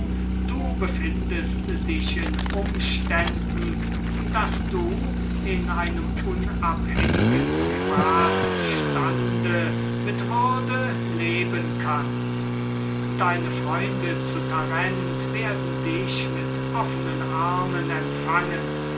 du befindest dich in umständen in einem unabhängigen privatstande mit würde leben zu können deine freunde zu tarent werden dich mit offnen armen empfangen